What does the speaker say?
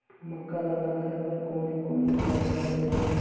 मक्का ला लगाय बर कोने कोने उपकरण होथे ग?